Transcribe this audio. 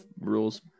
rules